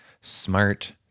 Smart